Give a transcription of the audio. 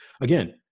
Again